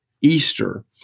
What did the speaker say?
Easter